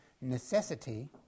necessity